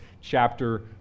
chapter